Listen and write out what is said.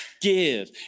give